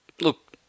look